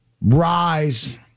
rise